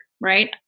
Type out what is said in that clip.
right